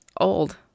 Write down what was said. old